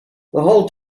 whole